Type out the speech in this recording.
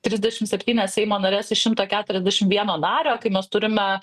trisdešim septynias seimo nares iš šimto keturiasdešim vieno nario kai mes turime